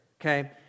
okay